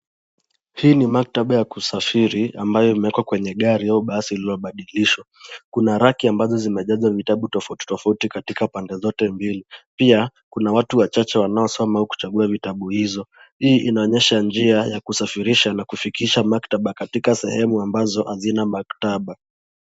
Hii ni maktaba ya kusafiri ambayo imeekwa kwenye gari au basi lililobadilishwa. Kuna raki ambazo zimejazwa vitabu tofauti tofauti katika pande zote mbili. Pia kuna watu wachache wanaosoma au kuchagua vitabu hizo. Hii inaonyesha njia ya kusafirisha na kufikisha maktaba katika sehemu ambazo hazina maktaba.